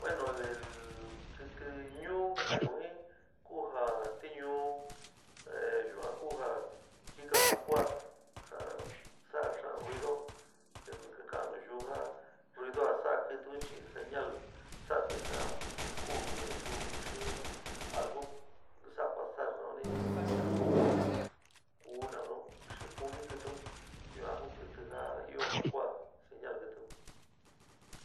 Bueno, kití nuu kaka´ayo jí ku joa tíñuu yua ku jaa jinoa ja kua, ja sada xaó te nu kar keor jo ja sora títton chí sendeí sada te jo kwo ín mayu ní also sada pasor in naní algo kuu xí kúntí kíntiun yua ku kítí jaa io ja kua señal kitíuun.